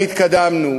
התקדמנו,